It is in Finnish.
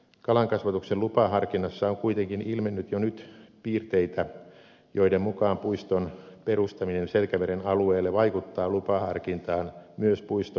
kalankasvatuksen lupaharkinnassa on kuitenkin ilmennyt jo nyt piirteitä joiden mukaan puiston perustaminen selkämeren alueelle vaikuttaa lupaharkintaan myös puiston ulkopuolella